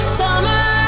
summer